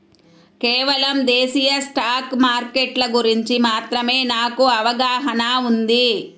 కేవలం దేశీయ స్టాక్ మార్కెట్ల గురించి మాత్రమే నాకు అవగాహనా ఉంది